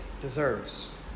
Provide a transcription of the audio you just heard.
deserves